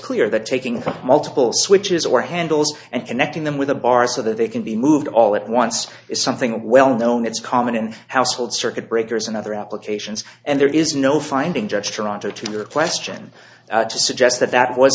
clear that taking from multiple switches or handles and connecting them with a bar so that they can be moved all at once is something well known it's common in household circuit breakers and other applications and there is no finding judge toronto to your question to suggest that that was